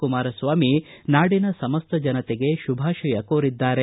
ಕುಮಾರಸ್ವಾಮಿ ನಾಡಿನ ಸಮಸ್ತ ಜನತೆಗೆ ಶುಭಾತಯ ಕೋರಿದ್ದಾರೆ